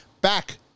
back